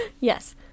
Yes